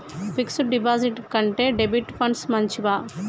Fix డ్ డిపాజిట్ల కంటే డెబిట్ ఫండ్స్ మంచివా?